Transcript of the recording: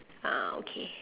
ah okay